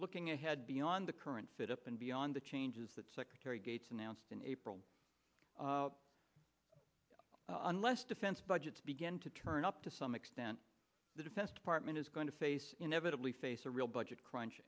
looking ahead beyond the current fit up and beyond the changes that secretary gates announced in april unless defense budgets begin to turn up to some extent the defense department is going to face inevitably face a real budget crunch